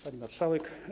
Pani Marszałek!